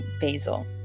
basil